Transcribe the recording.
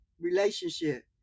relationship